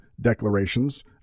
declarations